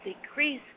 Decrease